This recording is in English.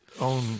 own